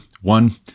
One